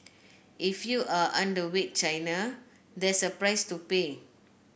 if you are underweight China there's a price to pay